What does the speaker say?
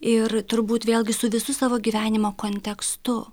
ir turbūt vėlgi su visu savo gyvenimo kontekstu